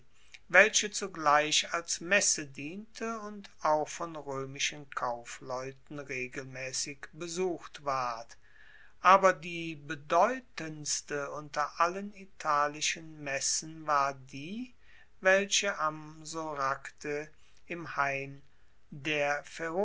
welche zugleich als messe diente und auch von roemischen kaufleuten regelmaessig besucht ward aber die bedeutendste unter allen italischen messen war die welche am soracte im hain der